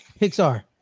Pixar